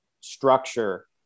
structure